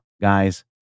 guys